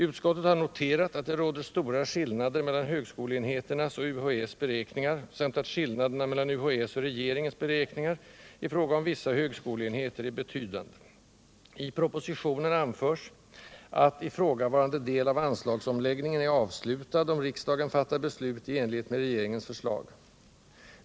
Utskottet har noterat att det råder stora skillnader mellan högskoleenheternas och UHÄ:s beräkningar samt att skillnaderna mellan UHÄ:s och regeringens beräkningar i fråga om vissa högskoleenheter är betydande. I propositionen anförs att ifrågavarande del av anslagsomläggningen är avslutad om riksdagen fattar beslut i enlighet med regeringens förslag.